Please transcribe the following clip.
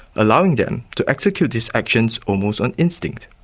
allowing them to execute these actions almost on instinct.